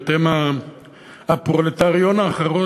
הם הפרולטריון האחרון,